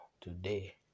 today